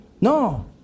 No